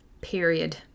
Period